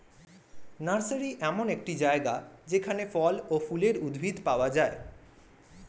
nursery এমন একটি জায়গা যেখানে ফল ও ফুলের উদ্ভিদ পাওয়া যায়